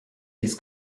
dies